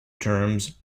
terms